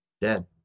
Dead